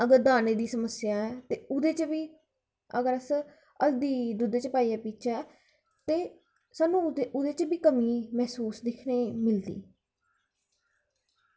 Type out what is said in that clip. अगर दाने दी समस्या ऐ ओह्दे च बी अगर अस हल्दी दुद्धै च पाइयै पीचै ते सानूं ओह्दे च बी कमी महसूस दिक्खनै गी मिलदी